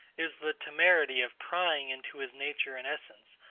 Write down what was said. is the temerity of prying into his nature and essence,